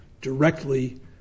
Directly